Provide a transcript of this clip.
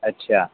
اچھا